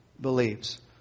believes